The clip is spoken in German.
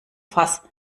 fass